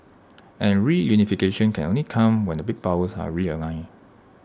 and reunification can only come when the big powers are realigned